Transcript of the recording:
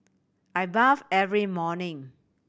I bath every morning